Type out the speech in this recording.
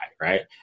Right